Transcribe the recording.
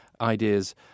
ideas